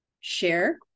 share